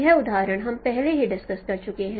यह उदाहरण हम पहले ही डिस्कस कर चुके हैं